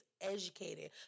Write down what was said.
educated